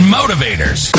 motivators